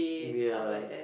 ya